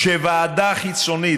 כשוועדה חיצונית,